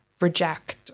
reject